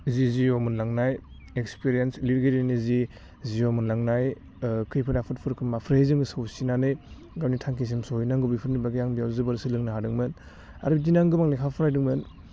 जि जिवाव मोनलांनाय एक्सपिरेन्स लिरगिरिनि जि जिवाव मोनलांनाय खैफोद आफोरदफोरखौ माब्रै जोङो सौसिनानै गावनि थांखिजों सौहैनागौ बेफोरनि बागै आं बेयाव जोबोर सोलोंनो हादोंमोन आरो बिदिनो गोबां लेखा फरायदोंमोन